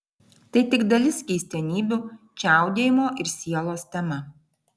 tai tik dalis keistenybių čiaudėjimo ir sielos tema